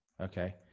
okay